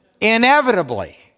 Inevitably